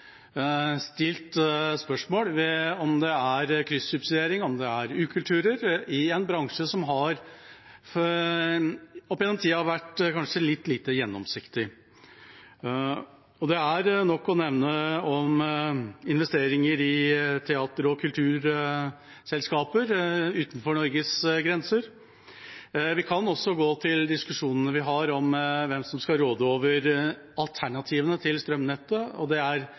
stilt spørsmål ved om det er kryssubsidiering, om det er ukultur, i en bransje som opp gjennom tiden kanskje har vært litt lite gjennomsiktig. Det er nok å nevne investeringer i teater- og kulturselskaper utenfor Norges grenser. Vi kan også gå til diskusjonene vi har om hvem som skal råde over alternativene til strømnettet, rør som også kan distribuere vann til oppvarming, bioenergi. Der interesser kommer i konflikt, er det